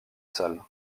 salle